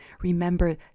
Remember